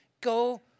go